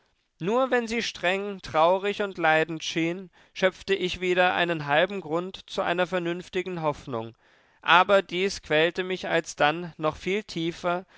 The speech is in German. nur wenn sie streng traurig und leidend schien schöpfte ich wieder einen halben grund zu einer vernünftigen hoffnung aber dies quälte mich alsdann noch viel tiefer